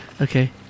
Okay